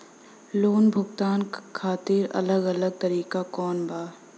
Loan भुगतान खातिर अलग अलग तरीका कौन बा?